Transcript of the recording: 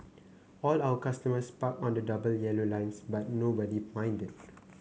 all our customers parked on the double yellow lines but nobody minded